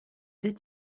deux